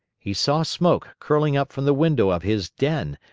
he saw smoke curling up from the window of his den,